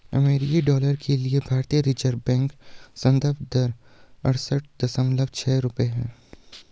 अमेरिकी डॉलर के लिए भारतीय रिज़र्व बैंक संदर्भ दर अड़सठ दशमलव छह रुपये है